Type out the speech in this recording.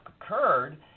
occurred